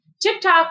TikTok